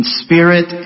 spirit